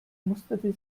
musterte